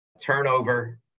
turnover